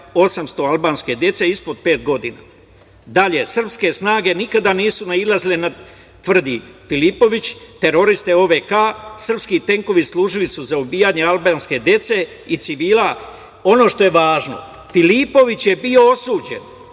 800 Albanske dece ispod pet godina. Dalje, srpske snage nikada nisu nailazile, tvrdi Filipović, teroriste OVK, srpski tenkovi služili su za ubijanja Albanske dece i civila. Ono što je važno Filipović je bio osuđen